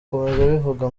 abivuga